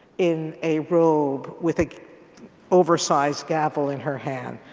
in a robe with an oversized gavel in her hand.